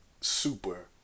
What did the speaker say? super